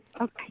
okay